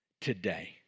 Today